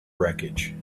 wreckage